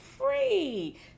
free